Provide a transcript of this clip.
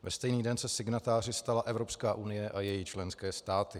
Ve stejný den se signatáři stala Evropská unie a její členské státy.